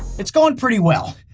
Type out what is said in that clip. it's going pretty well.